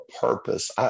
purpose